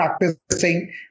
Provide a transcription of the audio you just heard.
practicing